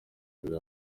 kagame